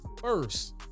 first